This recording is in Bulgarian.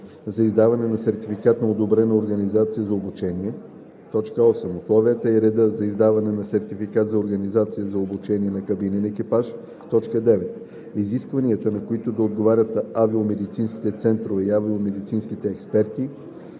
за издаване на сертификат на одобрена организация за обучение; 8. условията и реда за издаване на сертификат на организация за обучение на кабинен екипаж; 9. изискванията, на които да отговарят авиомедицинските центрове и авиомедицинските експерти